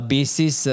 Basis